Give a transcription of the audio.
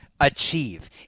achieve